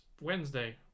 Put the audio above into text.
Wednesday